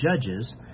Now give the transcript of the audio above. Judges